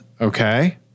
Okay